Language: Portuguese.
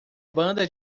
banda